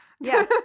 Yes